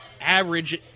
average